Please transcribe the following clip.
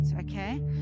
okay